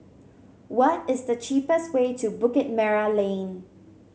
what is the cheapest way to Bukit Merah Lane